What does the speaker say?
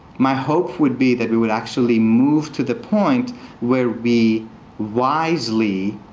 my hope would be that we would actually move to the point where we wisely,